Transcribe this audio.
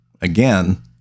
again